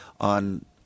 on